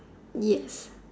yes